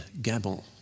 Gabon